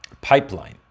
pipeline